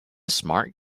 smart